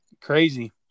Crazy